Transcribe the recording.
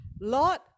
Lord